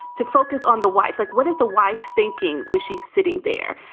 to focus on the wife. like, what is the wife thinking when she's sitting there,